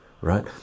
right